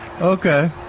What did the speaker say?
Okay